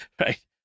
Right